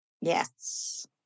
Yes